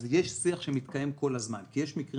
אז יש שיח שמתקיים כל הזמן כי יש מקרים